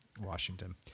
washington